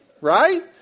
Right